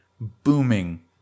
booming